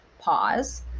pause